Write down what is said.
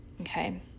okay